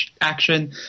action